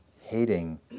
hating